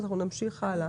נמשיך הלאה.